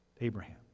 Abraham